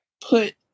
put